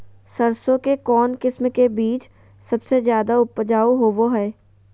सरसों के कौन किस्म के बीच सबसे ज्यादा उपजाऊ होबो हय?